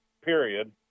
period